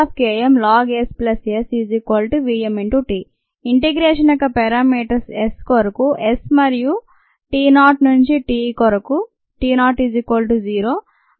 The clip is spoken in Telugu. Km lnSSvmt ఇంటిగ్రేషన్ యొక్క ప్యారామీటర్స్ S కొరకు S మరియు t0 నుంచి t కొరకు T0 0